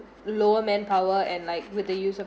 lower manpower and like with the use of